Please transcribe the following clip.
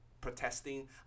protesting